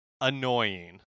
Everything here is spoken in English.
annoying